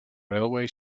railway